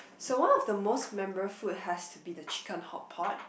so one of the most memorable food has to be the chicken hotpot